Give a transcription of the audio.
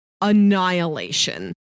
annihilation